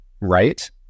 right